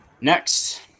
next